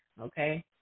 okay